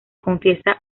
confiesa